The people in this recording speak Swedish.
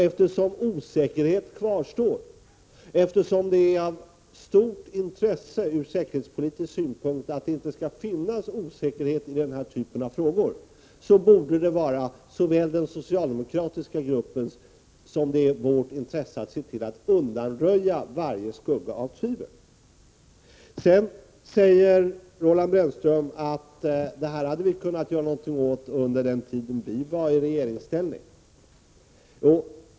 Eftersom osäkerhet kvarstår och eftersom det är av stort intresse ur säkerhetspolitisk synpunkt att det inte skall finnas osäkerhet i den här typen av frågor, så borde det ligga i såväl den socialdemokratiska gruppens som de borgerligas intresse att se till att undanröja varje skugga av tvivel. Roland Brännström säger sedan att detta är något som vi borgerliga hade kunnat göra något åt när vi var i regeringsställning.